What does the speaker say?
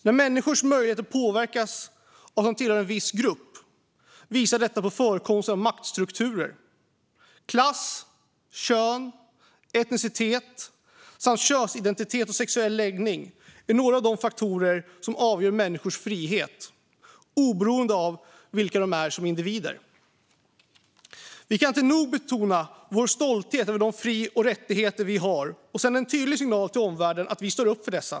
När människors möjligheter påverkas av att de tillhör en viss grupp visar detta på förekomsten av maktstrukturer. Klass, kön, etnicitet samt könsidentitet och sexuell läggning är några av de faktorer som avgör människors frihet, oberoende av vilka de är som individer. Vi kan inte nog betona vår stolthet över de fri och rättigheter vi har och behovet av att sända en tydlig signal till omvärlden om att vi står upp för dessa.